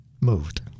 moved